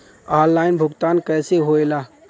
Online भुगतान कैसे होए ला?